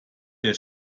der